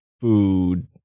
food